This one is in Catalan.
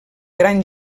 gran